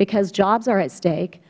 because jobs are at stake